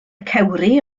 cewri